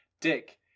Dick